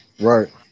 Right